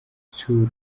gutsura